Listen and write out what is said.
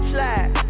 Slide